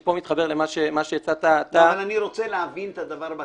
שפה זה מתחבר למה שהצעת אתה --- אבל אני רוצה להבין את הדבר הבא.